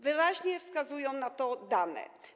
Wyraźnie wskazują na to dane.